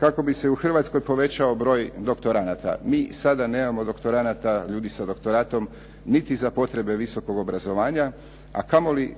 kako bi se u Hrvatskoj povećao broj doktorata. Mi sada nemamo doktoranata, ljudi sa doktoratom niti za potrebe visokog obrazovanja a kamoli